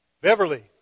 Beverly